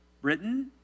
Britain